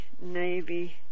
navy